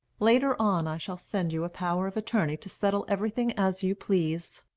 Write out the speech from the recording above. later on i shall send you a power of attorney to settle everything as you please.